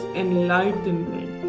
enlightenment